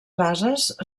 bases